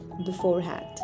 beforehand